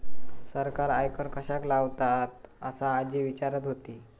सरकार आयकर कश्याक लावतता? असा आजी विचारत होती